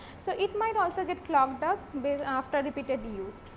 so, it might also get clogged up with after repeatedly use.